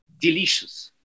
delicious